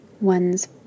one's